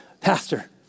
Pastor